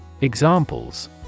Examples